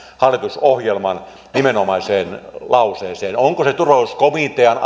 hallitusohjelman nimenomaiseen lauseeseen onko se turvallisuuskomitean